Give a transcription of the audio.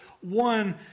one